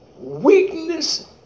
Weakness